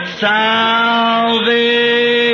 salvation